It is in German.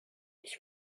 ich